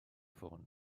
ffôn